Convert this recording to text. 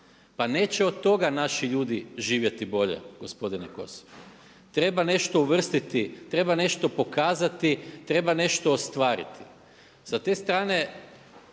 Pa neće od toga naši ljudi živjeti bolje gospodine Kosor. Treba nešto uvrstiti, treba nešto pokazati, treba nešto ostvariti. Sa te strane